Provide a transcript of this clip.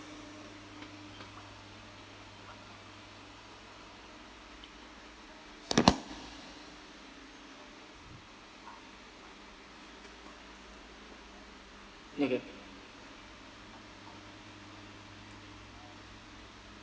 okay